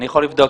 אני יכול לבדוק.